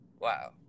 Wow